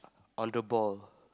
on the ball